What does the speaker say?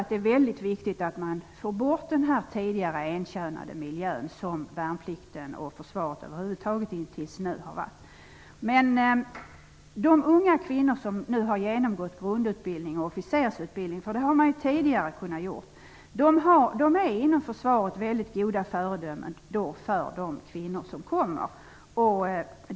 Det är väldigt viktigt att man får bort den enkönade miljön, som värnplikten och Försvaret över huvud taget har varit hittills. De unga kvinnor som nu har genomgått grundutbildning och officersutbildning, vilket de också tidigare har kunnat göra, är inom Försvaret mycket goda föredömen för de kvinnor som kommer dit.